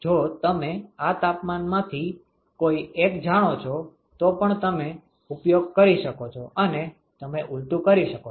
જો તમે આ તાપમાનમાંથી કોઈ એક જાણો છો તો પણ તમે ઉપયોગ કરી શકો છો અને તમે ઉલટુ કરી શકો છો